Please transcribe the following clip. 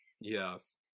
Yes